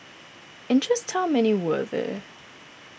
and just how many were there